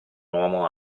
uomo